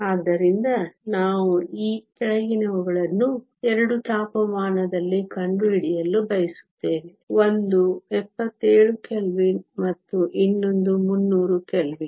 ಆದ್ದರಿಂದ ನಾವು ಈ ಕೆಳಗಿನವುಗಳನ್ನು 2 ತಾಪಮಾನದಲ್ಲಿ ಕಂಡುಹಿಡಿಯಲು ಬಯಸುತ್ತೇವೆ ಒಂದು 77 ಕೆಲ್ವಿನ್ ಮತ್ತು ಇನ್ನೊಂದು 300 ಕೆಲ್ವಿನ್